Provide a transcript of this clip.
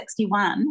1961